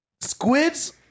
Squids